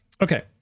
Okay